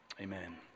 amen